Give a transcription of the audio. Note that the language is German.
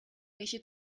welche